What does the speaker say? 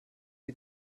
die